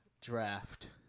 draft